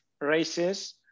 races